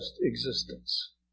existence